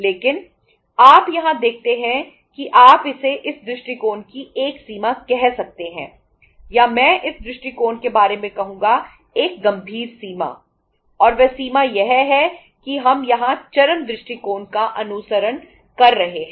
लेकिन आप यहां देखते हैं कि आप इसे इस दृष्टिकोण की एक सीमा कह सकते हैं या मैं इस दृष्टिकोण के बारे में कहूंगा एक गंभीर सीमा और वह सीमा यह है कि हम यहां चरम दृष्टिकोण का अनुसरण कर रहे हैं